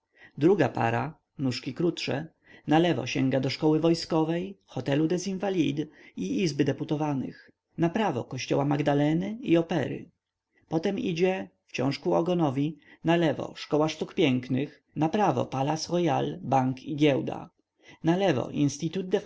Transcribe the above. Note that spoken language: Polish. druga para nóżki krótsze nalewo sięga do szkoły wojskowej hotelu des invalides i izby deputowanych naprawo kościoła magdaleny i opery potem idzie wciąż ku ogonowi nalewo szkoła sztuk pięknych naprawo palais royal bank i giełda nalewo institut